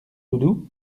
doudou